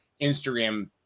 Instagram